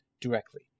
directly